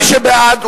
מי שבעד,